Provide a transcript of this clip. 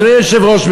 אדוני היושב-ראש,